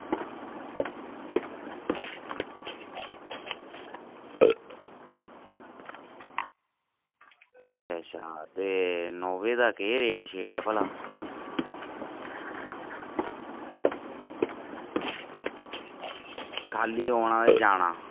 अच्छा अच्छा ते इनोवा दे केह् रेट शेट ऐ भला खा'ल्ली औना ते जाना